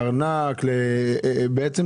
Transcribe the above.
לארנק האלקטרוני.